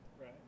Right